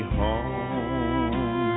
home